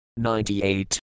98